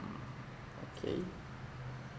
mm okay